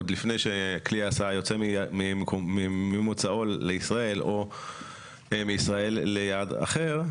עוד לפני שכלי ההסעה יוצא ממוצאו לישראל או מישראל ליעד אחר,